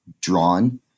drawn